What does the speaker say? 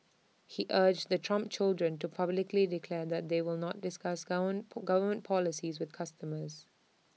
he urged the Trump children to publicly declare that they will not discuss govern government policy with customers